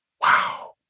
Wow